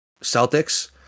Celtics